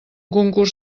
concurs